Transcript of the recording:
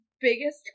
biggest